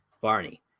Barney